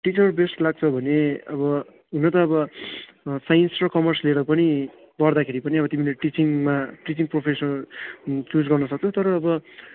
टिचरै best लाग्छ भने अब हुन त अब साइन्स र कमर्स लिएर पनि पढ्दाखेरि पनि अब तिमीले टिचिङमा टिचिङ प्रोफेसन चुज गर्न सक्छौ तर अब